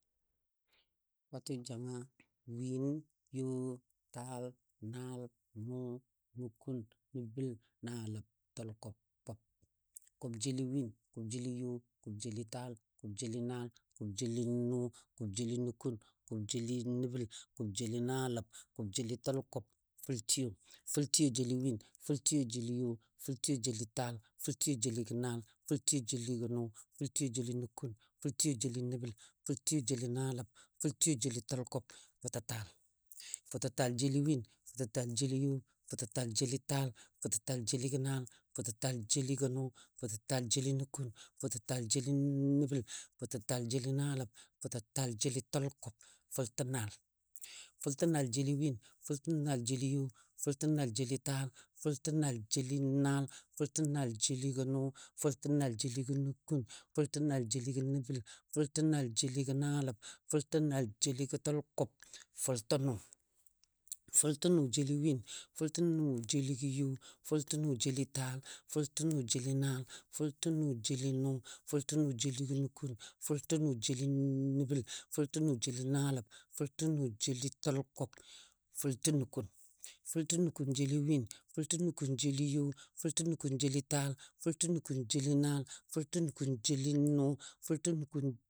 Kwatɨ janga win, yo, taal, naal, nʊ, nukun, nəbəl, naaləb, təlkʊb, kʊb, kʊb jeli win, kʊbjeli yo, kubjel taal, kʊbjeli naal, kʊbjel nʊ, kʊbjeli nukun, kʊbjeli nəbal, kʊbjeli naaləb, kʊbjeli təlkʊb, fʊltiyo, fʊltiyo jeli win, fʊltiyo jeli yo fʊltiyo jeli taal, fʊltiyo jeligɔ naal, fʊltiyo jeligɔ nʊ, fʊltiyo jeli nukun, fʊltiyo jeli nəbəl, feltiyo jeli naaləb, feltiyo jeli təlkʊb, futətaal, fʊtətaal jeli win, fʊtətaal jeli yo, fʊtətaal jeli taal, fʊtətaal jeli naal, fʊtəl jeli nʊ, fʊtətaal jeli nukun, fʊtətaal jeli nəbəl, fʊtətaal jeli naaləb, fʊtətaal jeli təlkʊb, fʊltənaal, fʊtəlnaal jeli win, fʊtətaal jeli yo, fʊtətaal jeli taal, fʊtətaal jeli naal, fʊtətaal jeligɔ nʊ, fʊtətaal jeligɔ nukun, fʊtətaal jeligɔ nəbəl, fʊtətaal jeligɔ təlkʊb, fʊltənʊ, fʊltənʊ jeli win, fʊltənʊ jeli yo, fʊltənʊ jeli taal, fʊltənʊ jeli naal, fʊltənʊ jeli nʊ, fʊltənʊ nukun, fʊltənʊ jeli nəbəl, fʊltənʊ jeli naaləb, fʊltənʊ jeli tʊlkʊb, fʊltənukun, fʊltənukun jeli win, fʊltənukun jeli yo, fʊltənukun jeli taal, fʊltənukun jeli naal, fʊltənukun jeli nʊ, fʊltənukun